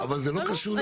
אבל, זה לא קשור לפה.